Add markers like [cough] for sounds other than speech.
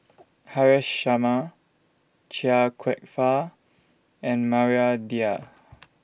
Haresh Sharma Chia Kwek Fah and Maria Dyer [noise]